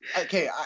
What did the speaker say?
okay